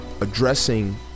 addressing